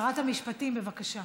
שרת המשפטים, בבקשה.